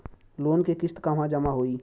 Loan के किस्त कहवा जामा होयी?